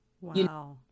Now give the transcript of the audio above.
Wow